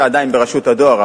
אתה עדיין ברשות הדואר,